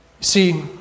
See